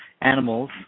animals